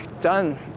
done